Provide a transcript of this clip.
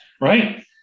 right